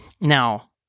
Now